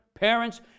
parents